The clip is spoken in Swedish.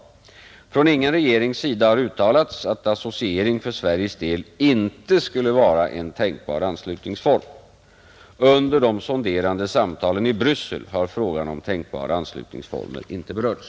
Från ingen regerings sida har uttalats att associering för Sveriges del inte skulle vara en tänkbar anslutningsform, Under de sonderande samtalen i Bryssel har frågan om tänkbara anslutningsformer inte berörts.